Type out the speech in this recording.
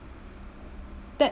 that